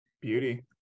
Beauty